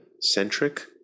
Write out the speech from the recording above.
centric